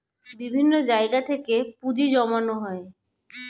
বিভিন্ন জায়গা থেকে পুঁজি জমানো হয়